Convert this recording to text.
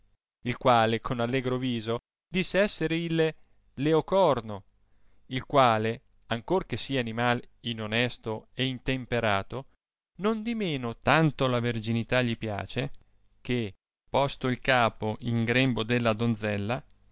il quale con allegi'o viso disse esser il leoncorno il quale ancor che sia animai inonesto e intemperato nondimeno tanto la verginità gli piace che posto il capo in grembo della donzella